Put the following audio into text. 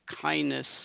kindness